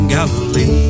Galilee